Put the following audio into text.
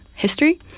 History